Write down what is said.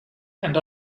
and